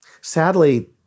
Sadly